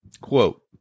Quote